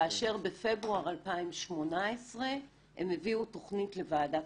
כאשר בפברואר 2018 הם הביאו תכנית לוועדת